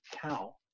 cow